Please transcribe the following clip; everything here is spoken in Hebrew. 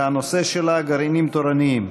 והנושא שלה: גרעינים תורניים.